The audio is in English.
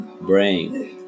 brain